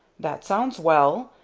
that sounds well.